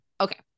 Okay